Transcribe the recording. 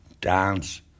dance